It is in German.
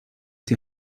die